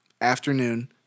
Afternoon